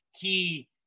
key